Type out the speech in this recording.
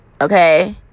okay